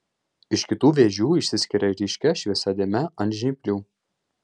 iš kitų vėžių išsiskiria ryškia šviesia dėme ant žnyplių